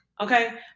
Okay